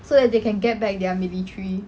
so that they can get back their military